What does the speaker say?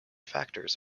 factors